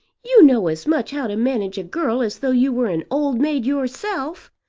you know as much how to manage a girl as though you were an old maid yourself.